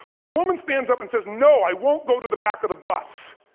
when the woman stands up and says, no, i won't go to the back of the bus.